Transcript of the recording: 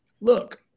look